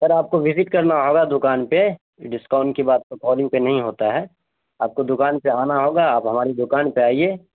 سر آپ کو وزٹ کرنا ہوگا دکان پہ ڈسکاؤنٹ کی بات تو کالنگ پہ نہیں ہوتا ہے آپ کو دکان پہ آنا ہوگا آپ ہماری دکان پہ آئیے